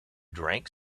drank